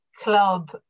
club